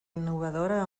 innovadora